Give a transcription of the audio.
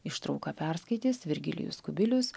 ištrauką perskaitys virgilijus kubilius